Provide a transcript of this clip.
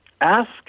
Ask